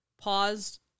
paused